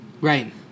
Right